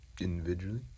individually